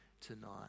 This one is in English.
tonight